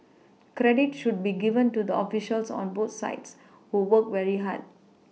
credit should be given to the officials on both sides who worked very hard